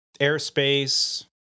airspace